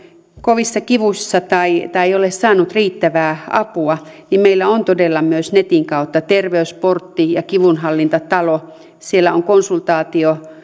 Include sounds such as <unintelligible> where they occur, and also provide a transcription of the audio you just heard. kovissa kivuissa tai ei ole saanut riittävää apua niin meillä on todella myös netin kautta terveysportti ja kivunhallintatalo siellä on konsultaatio <unintelligible>